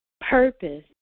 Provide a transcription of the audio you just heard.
purpose